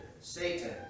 Satan